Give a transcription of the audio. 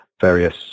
various